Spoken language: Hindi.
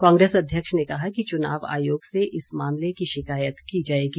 कांग्रेस अध्यक्ष ने कहा कि चुनाव आयोग से इस मामले की शिकायत की जाएगी